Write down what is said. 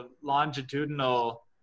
longitudinal